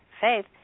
faith